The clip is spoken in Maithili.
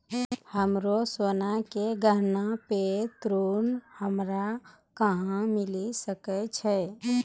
हमरो सोना के गहना पे ऋण हमरा कहां मिली सकै छै?